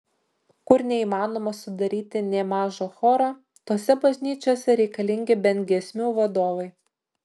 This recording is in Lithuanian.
kur neįmanoma sudaryti nė mažo choro tose bažnyčiose reikalingi bent giesmių vadovai